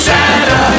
Santa